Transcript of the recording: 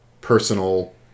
Personal